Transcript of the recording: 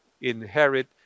inherit